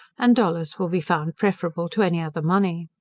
and dollars will be found preferable to any other money.